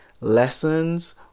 lessons